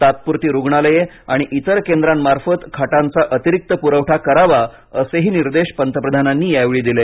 तात्पुरती रुग्णालये आणि इतर केंद्रांमार्फत खाटाचा अतिरिक्त पुरवठा करावा असेही निर्देश पंतप्रधानांनी यावेळीदिले